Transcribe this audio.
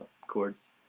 chords